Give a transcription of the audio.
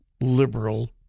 liberal